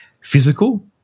Physical